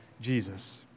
Jesus